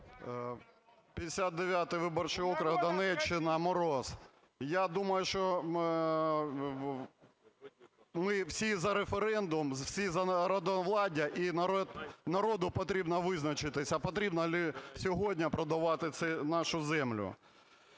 59 виборчий округ, Донеччина, Мороз. Я думаю, що ми всі за референдум, всі за народовладдя, і народу потрібно визначитися, чи потрібно сьогодні продавати нашу землю.